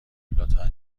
لطفا